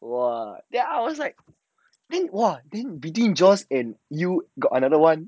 !wah! ya I was like !wah! between joyce and you got another one